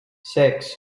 six